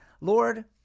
Lord